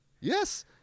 Yes